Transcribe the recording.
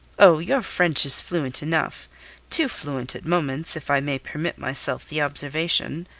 oh, your french is fluent enough too fluent at moments, if i may permit myself the observation.